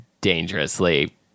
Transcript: dangerously